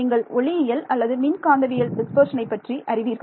நீங்கள் ஒளியியல் அல்லது மின்காந்தவியல் டிஸ்பர்ஷனை பற்றி அறிவீர்கள்